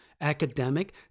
academic